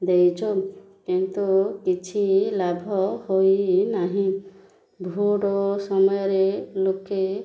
ଦେଇଛୁ କିନ୍ତୁ କିଛି ଲାଭ ହେଇନାହିଁ ଭୋଟ୍ ସମୟରେ ଲୋକେ